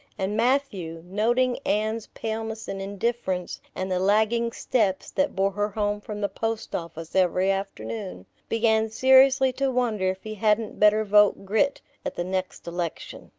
and matthew, noting anne's paleness and indifference and the lagging steps that bore her home from the post office every afternoon, began seriously to wonder if he hadn't better vote grit at the next election.